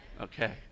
Okay